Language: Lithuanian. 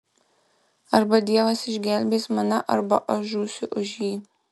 arba dievas išgelbės mane arba aš žūsiu už jį